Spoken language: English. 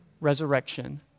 resurrection